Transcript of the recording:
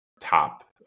top